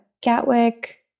Gatwick